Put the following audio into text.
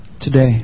today